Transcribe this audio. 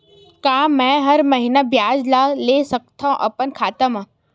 का मैं हर महीना ब्याज ला ले सकथव अपन खाता मा?